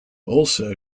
also